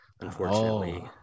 unfortunately